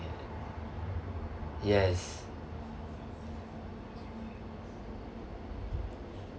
like that yes